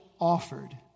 offered